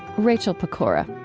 rachel pokora